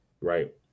right